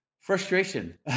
Frustration